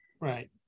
Right